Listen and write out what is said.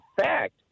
fact